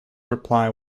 reply